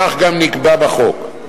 כך גם נקבע בחוק.